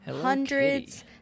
hundreds